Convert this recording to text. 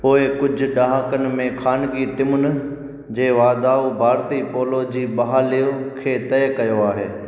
पोएं कुझु ॾहाकनि में ख़ानगी टीमुननि जे वाधाउ भारती पोलो जी बहालीअ खे तय कयो आहे